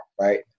right